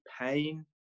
pain